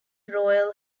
royal